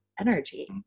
energy